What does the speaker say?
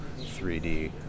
3D